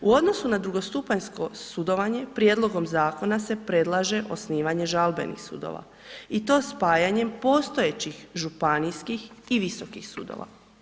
U odnosu na drugostupanjsko sudovanje prijedlogom zakona se predlaže osnivanje žalbenih sudova i to spajanjem postojećih županijskih i visokih sudova.